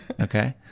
okay